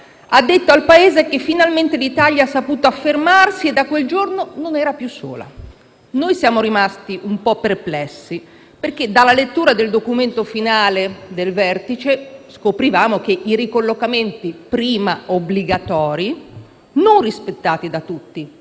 ha detto al Paese che finalmente l'Italia ha saputo affermarsi e da quel giorno non era più sola. Noi siamo rimasti un po' perplessi perché dalla lettura del documento finale del vertice abbiamo scoperto che i ricollocamenti, prima obbligatori, non rispettati da tutti